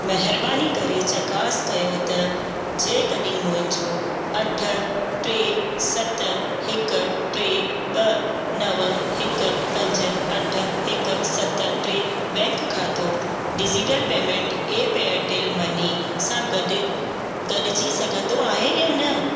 महिरबानी करे चकास कयो त जेकॾहिं मुंहिंजो अठ टे सत हिकु टे ॿ नव हिकु पंज अठ हिकु सत ट्रे बैंक खातो digital payment app Airtel Money सां गॾु ॻंढिजी सघंदो आहे या न